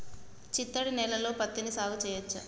చిత్తడి నేలలో పత్తిని సాగు చేయచ్చా?